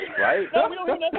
right